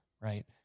right